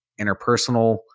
interpersonal